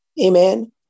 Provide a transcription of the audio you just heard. Amen